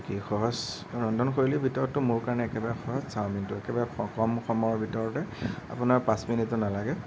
ৰন্ধনশৈলীৰ ভিতৰতটো মোৰ কাৰণে একেবাৰে সহজ চাওমিনটো একেবাৰে কম সময়ৰ ভিতৰতে আপোনাৰ পাঁচ মিনিটো নালাগে